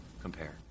compare